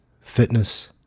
fitness